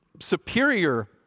superior